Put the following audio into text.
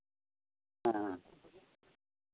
ᱦᱮᱸ